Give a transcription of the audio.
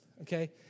Okay